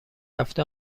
هفته